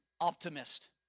optimist